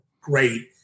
great